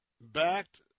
backed